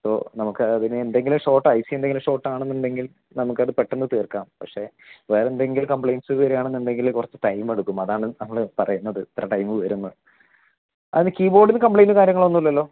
അപ്പോൾ നമുക്ക് അതിന് എന്തെങ്കിലും ഷോട്ട് അഴിച്ചെന്തെങ്കിലും ഷോട്ടാണെന്നുണ്ടെങ്കിൽ നമുക്കത് പെട്ടെന്ന് തീർക്കാം പക്ഷെ വേറെന്തെങ്കിലും കംപ്ലെയ്ൻസ് വരികയാണെന്നുണ്ടെങ്കിൽ കുറച്ച് ടൈമ് എടുക്കും അതാണ് നമ്മൾ പറയുന്നത് ഇത്ര ടൈമ് വരും എന്ന് അതിന് കീബോഡിന് കംപ്ലെയ്ൻറ്റും കാര്യങ്ങളൊന്നും ഇല്ലല്ലോ